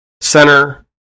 center